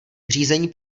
řízení